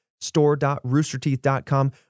store.roosterteeth.com